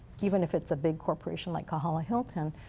even if it's a big corporation like kahala hilton,